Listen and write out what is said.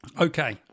Okay